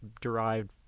derived